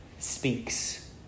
Speaks